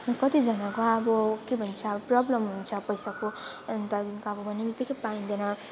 अनि कतिजनाको अब के भन्छ अब प्रब्लम हुन्छ पैसाको अनि त्यहाँदेखिको अब भन्ने बित्तिकै पाइँदैन